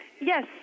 Yes